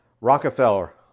Rockefeller